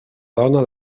dona